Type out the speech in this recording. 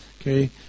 Okay